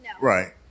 Right